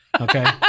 Okay